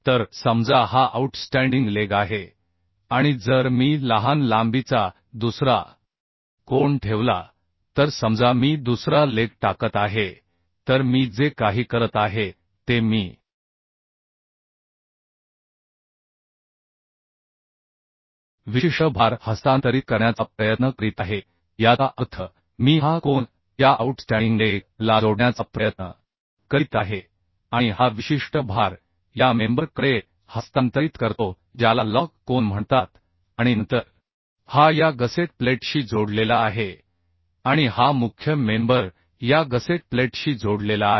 तर समजा हा आऊटस्टँडिंग लेग आहे आणि जर मी लहान लांबीचा दुसरा कोन ठेवला तर समजा मी दुसरा लेग टाकत आहे तर मी जे काही करत आहे ते मी विशिष्ट भार हस्तांतरित करण्याचा प्रयत्न करीत आहे याचा अर्थ मी हा कोन या आउटस्टँडिंग लेग ला जोडण्याचा प्रयत्न करीत आहे आणि हा विशिष्ट भार या मेंबर कडे हस्तांतरित करतो ज्याला लजकोन म्हणतात आणि नंतर हा या गसेट प्लेटशी जोडलेला आहे आणि हा मुख्य मेंबर या गसेट प्लेटशी जोडलेला आहे